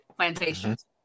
Plantations